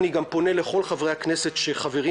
אני גם פונה לכל חברי הכנסת שחברים